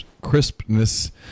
crispness